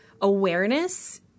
awareness